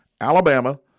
Alabama